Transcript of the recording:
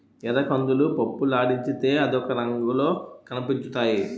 ఎర్రకందులు పప్పులాడించితే అదొక రంగులో కనిపించుతాయి